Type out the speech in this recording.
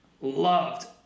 Loved